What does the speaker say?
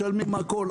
משלמים הכל,